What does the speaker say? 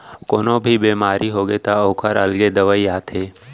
कोनो भी बेमारी होगे त ओखर अलगे दवई आथे